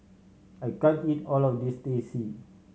I can't eat all of this Teh C